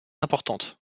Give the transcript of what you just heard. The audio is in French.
importante